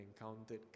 encountered